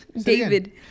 David